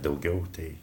daugiau tai